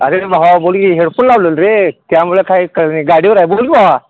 अरे भावा बोल की हेडफोन लावलेलंत रे त्यामुळं काय काही नाही गाडीवर आहे बोल भावा